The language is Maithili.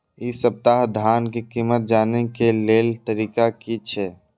इ सप्ताह धान के कीमत जाने के लेल तरीका की छे?